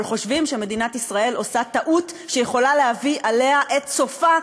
אבל חושבים שמדינת ישראל עושה טעות שיכולה להביא עליה את סופה,